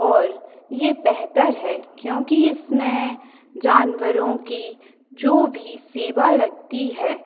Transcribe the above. और यह बेहतर है क्योंकि इसमें जानवरों की जो भी सेवा लगती है